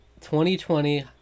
2020